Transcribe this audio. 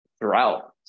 throughout